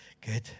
good